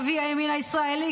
אבי הימין הישראלי,